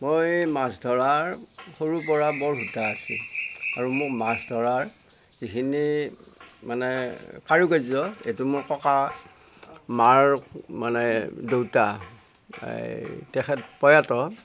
মই মাছ ধৰাৰ সৰুৰ পৰা বৰ আছিল আৰু মোৰ মাছ ধৰাৰ যিখিনি মানে কাৰুকাৰ্য এইটো মই ককা মাৰ মানে দেউতা এই তেখেত প্ৰয়াত